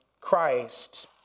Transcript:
Christ